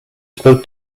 spoke